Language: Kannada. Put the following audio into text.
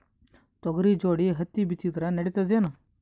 ತೊಗರಿ ಜೋಡಿ ಹತ್ತಿ ಬಿತ್ತಿದ್ರ ನಡಿತದೇನು?